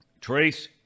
Trace